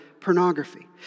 pornography